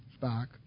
back